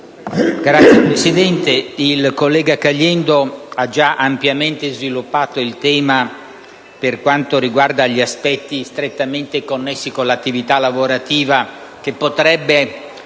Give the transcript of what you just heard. Signor Presidente, il collega Caliendo ha già ampiamente sviluppato il tema concernente gli aspetti strettamente connessi con l'attività lavorativa che potrebbe